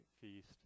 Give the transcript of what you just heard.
feast